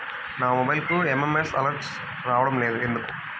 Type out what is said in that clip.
నా మొబైల్కు SMS alerts రావడం లేదు ఎందుకు?